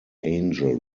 angel